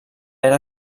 era